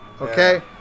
Okay